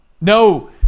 No